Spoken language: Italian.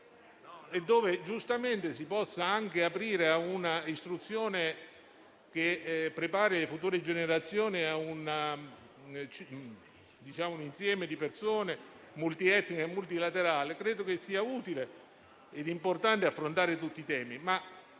e dove, giustamente, si può anche aprire a una istruzione che prepari le future generazioni a un mondo multietnico e multilaterale, ritengo sia utile e importante affrontare tutti i temi.